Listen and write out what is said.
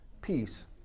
peace